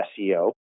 SEO